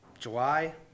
July